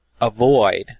avoid